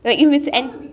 like